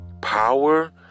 Power